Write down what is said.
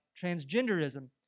transgenderism